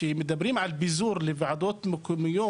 כשמדברים על ביזור לוועדות מקומיות,